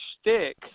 stick